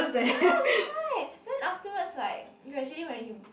ya that's why then afterwards like gradually when he